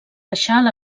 baixar